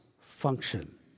function